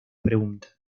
pregunta